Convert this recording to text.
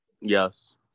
Yes